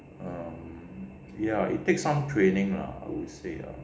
um ya it takes some training lah I would say ah